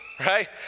Right